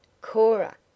Cora